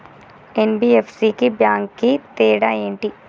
NBFC కి bank కి తేడా ఏంటి?